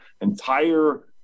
entire